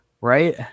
right